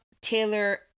Taylor